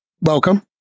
Welcome